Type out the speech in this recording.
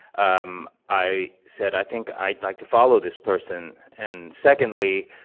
um i said, i think i'd like to follow this person. and secondly,